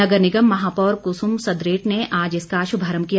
नगर निगम महापौर कुसुम सदरेट ने आज इसका शुभारम्भ किया